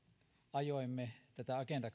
ajoimme agenda